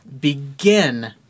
begin